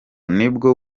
nibwo